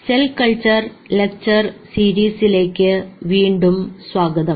cell culture lecture സീരീസിലേക്ക് വീണ്ടും സ്വാഗതം